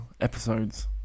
episodes